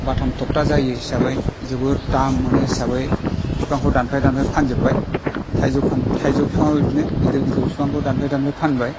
बाथाम थगथा जायो हिसाबै जोबोद दाम मोनो हिसाबै बिफांखौ दानफाय दानफाय फानजोबबाय थाइजौ खान थाइजौ बिफाङाबो बिदिनो गिदिर गिदिर बिफांखौ दानफाय दानफाय फानबाय